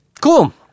Cool